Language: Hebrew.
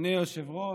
אדוני היושב-ראש,